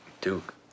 Duke